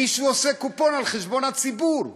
מישהו עושה קופון על החשבון הציבור.